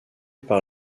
par